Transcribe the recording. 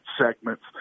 segments